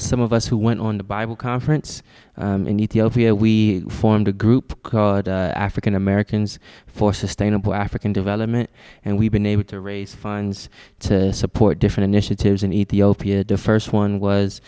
some of us who went on the bible conference in ethiopia we formed a group called african americans for sustainable african development and we've been able to raise funds to support different initiatives in ethiopia defers one was